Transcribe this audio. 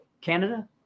Canada